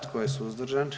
Tko je suzdržan?